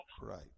Right